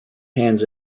hands